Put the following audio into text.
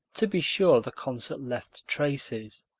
to be sure, the concert left traces.